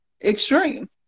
extreme